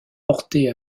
portés